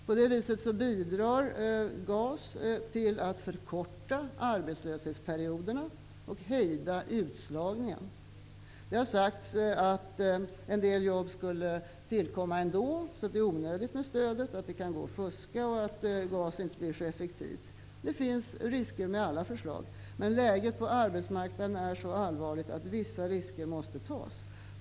På det viset bidrar GAS till att förkorta arbetslöshetsperioderna och hejda utslagningen. Det har sagts att det skulle tillkomma en del jobb ändå och att stödet därför är onödigt, att det skulle gå att fuska och att GAS inte blir så effektivt. Det finns risker med alla förslag, men läget på arbetsmarknaden är så allvarligt att vissa risker måste tas.